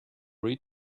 read